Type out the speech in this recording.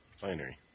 Binary